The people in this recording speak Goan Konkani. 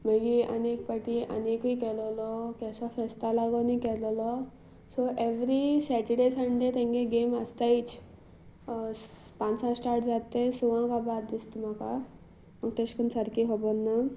मागीर आनीक एक फावटी आनिकूय केलेलो केंसो फेस्ता लागुनूय केलोलो सो एवरी सेटर्डे सण्डे तांच्यो गेम आसतातच पांचां स्टार्ट जाता तें सक काबार दिसता म्हाका म्हाका तशें करून सारकें खबर ना